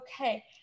Okay